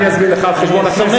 אני אסביר לך על חשבון הכנסת.